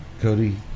Cody